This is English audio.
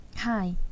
Hi